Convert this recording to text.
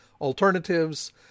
alternatives